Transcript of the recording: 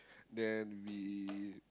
then we